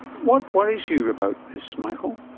what worries you about this, michael?